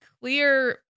clear